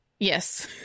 Yes